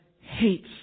hates